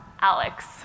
Alex